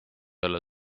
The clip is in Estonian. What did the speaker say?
jälle